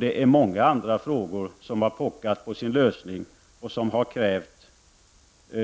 Det är många andra frågor som har pockat på sin lösning och som har krävt